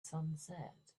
sunset